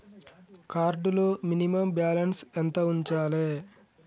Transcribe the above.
Card లో minimum balance ఎంత ఉంచాలే?